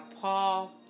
Paul